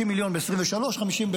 50 מיליון ב-2023, ו-50,